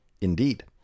Indeed